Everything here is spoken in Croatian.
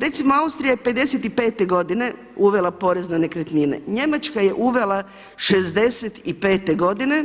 Recimo Austrija je 55 godine uvela porez na nekretnine, Njemačka je uvela '65. godine